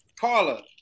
Carla